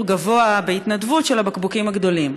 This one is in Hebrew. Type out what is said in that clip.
גבוה בהתנדבות של הבקבוקים הגדולים.